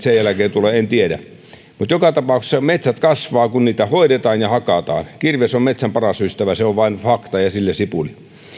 sen jälkeen tulee en tiedä mutta joka tapauksessa metsät kasvavat kun niitä hoidetaan ja hakataan kirves on metsän paras ystävä se on vain fakta ja sillä sipuli